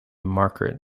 margaret